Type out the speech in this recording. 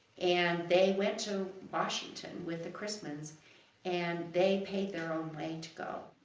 and, they went to washington with the chrisman's and they paid their own way to go.